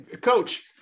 Coach